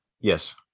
yes